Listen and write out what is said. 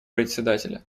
председателя